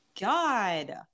God